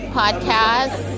podcast